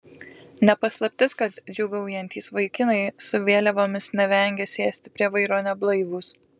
ne paslaptis kad džiūgaujantys vaikinai su vėliavomis nevengia sėsti prie vairo neblaivūs